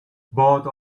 bought